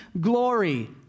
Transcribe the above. glory